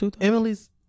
Emily's